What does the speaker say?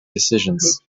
decisions